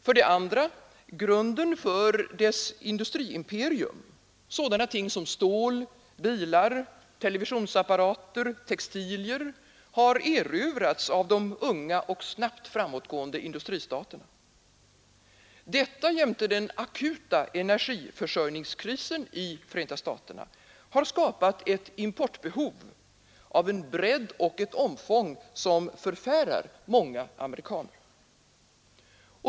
För det andra: Grunden för USA :s industriimperium — stål, bilar, televisionsapparater, textilier för att ta några exempel — har erövrats av de unga och snabbt framåtgående industristaterna. Detta jämte den akuta energiförsörjningskrisen i USA skapar ett importbehov av en bredd och ett omfång som förfärar många amerikaner.